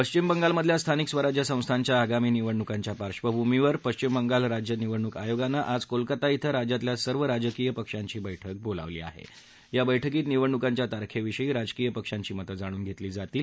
पश्चिम बंगालमधल्या स्थानिक स्वराज्य संस्थांच्या आगामी निवडणुकांच्या पार्श्वभूमीवर पश्चिम बंगाल राज्य निवडणूक आयोगानं आज कोलकता श्व राज्यातल्या सर्व राजकीय पक्षांची बैठक बोलावली आहा आ बैठकीत निवडणुकांच्या तारखखियी राजकीय पक्षांची मतं जाणून घस्मी जातील